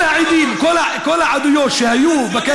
תראה, תראה, כל העדים, כל העדויות שהיו,